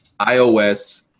iOS